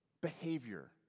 behavior